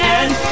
end